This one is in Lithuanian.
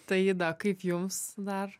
taida kaip jums dar